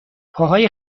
پاهای